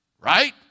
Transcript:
Right